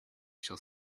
shall